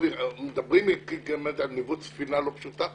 מדברים איתי על ניווט ספינה לא פשוטה,